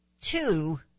two